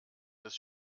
des